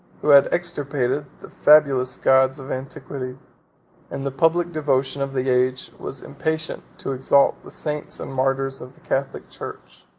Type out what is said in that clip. who had extirpated the fabulous gods of antiquity and the public devotion of the age was impatient to exalt the saints and martyrs of the catholic church,